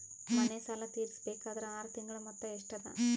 ಮನೆ ಸಾಲ ತೀರಸಬೇಕಾದರ್ ಆರ ತಿಂಗಳ ಮೊತ್ತ ಎಷ್ಟ ಅದ?